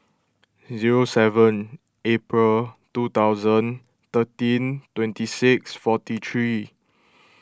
zero seven April two thousand thirteen twenty six forty three